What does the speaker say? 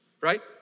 right